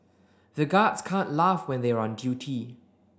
the guards can't laugh when they are on duty